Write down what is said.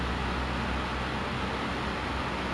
then after that err I will drink water